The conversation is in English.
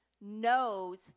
knows